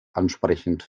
ansprechend